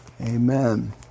Amen